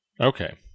okay